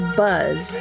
buzz